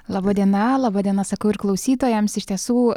laba diena laba diena sakau ir klausytojams iš tiesų